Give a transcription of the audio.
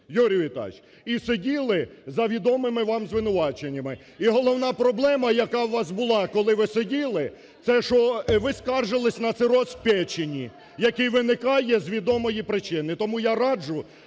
Юрій Віталійович, і сиділи за відомими вам звинуваченнями. І головна проблема, яка в вас була, коли ви сиділи, це, що ви скаржилися на цироз печені, який виникає з відомої причини. Тому я раджу